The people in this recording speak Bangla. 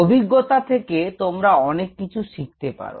অভিজ্ঞতা থেকে তোমরা অনেক কিছু শিখতে পারো